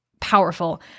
powerful